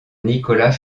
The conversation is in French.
nicolas